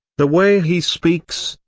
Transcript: the way he speaks,